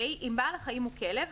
(ה)אם בעל החיים הוא כלב,